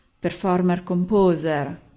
performer-composer